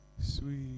sweet